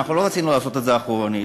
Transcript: לא רצינו לעשות את זה אחורנית,